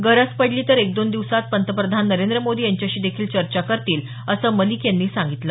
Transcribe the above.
गरज पडली तर एकदोन दिवसांत पंतप्रधान नरेंद्र मोदी यांच्याशी देखील ते चर्चा करतील असं मलिक यांनी सांगितलं